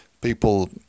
people